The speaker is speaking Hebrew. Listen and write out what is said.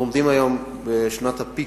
אנחנו עומדים היום בשנת ה-peak,